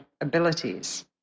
abilities